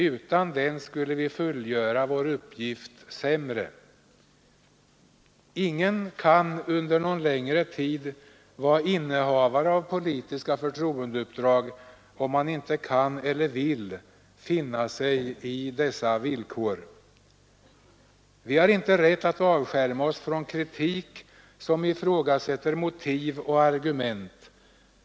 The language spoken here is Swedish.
Utan den skulle vi fullgöra vår uppgift sämre. Ingen kan under någon längre tid vara innehavare av politiska förtroendeuppdrag om han inte kan eller vill finna sig i dessa villkor. Vi har inte rätt att avskärma oss från kritik som ifrågasätter motiv och argument.